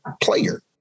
player